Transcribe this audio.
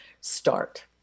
start